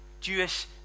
Jewish